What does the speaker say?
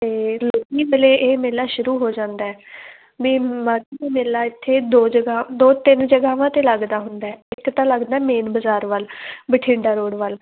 ਅਤੇ ਲੋਹੜੀ ਵੇਲੇ ਇਹ ਮੇਲਾ ਸ਼ੁਰੂ ਹੋ ਜਾਂਦਾ ਵੀ ਮਾਘੀ ਦਾ ਮੇਲਾ ਇੱਥੇ ਦੋ ਜਗ੍ਹਾ ਦੋ ਤਿੰਨ ਜਗ੍ਹਾਵਾਂ 'ਤੇ ਲੱਗਦਾ ਹੁੰਦਾ ਇੱਕ ਤਾਂ ਲੱਗਦਾ ਮੇਨ ਬਾਜ਼ਾਰ ਵੱਲ ਬਠਿੰਡਾ ਰੋਡ ਵੱਲ